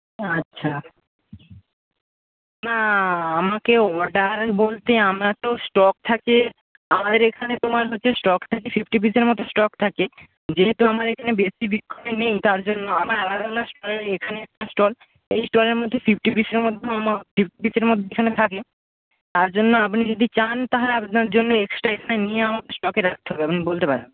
আচ্ছা না আমাকে অর্ডার বলতে আমার তো স্টক থাকে আমাদের এখানে তোমার হচ্ছে স্টক থাকে ফিফটি পিসের মতো স্টক থাকে যেহেতু আমার এখানে বেশি বিক্রি নেই তার জন্য আমার আলাদা আলাদা স্টল এখানে একটা স্টল এই স্টলের মধ্যে ফিফটি পিসের মতো আমার ফিফটি পিসের মতো এখানে থাকে তার জন্য আপনি যদি চান তাহলে আপনার জন্য এক্সট্রা এখানে নিয়ে আমাকে স্টকে রাখতে হবে আপনি বলতে পারেন